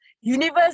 universe